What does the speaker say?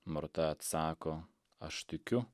morta atsako aš tikiu